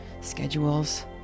schedules